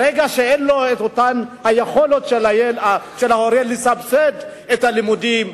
ברגע שאין יכולת של ההורה לסבסד את הלימודים,